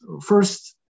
First